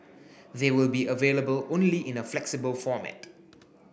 they will be available only in a flexible format